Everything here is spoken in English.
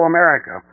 America